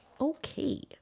Okay